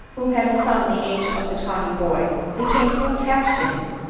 who had a son the age of the tawny boy, became so attached to him,